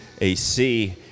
AC